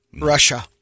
Russia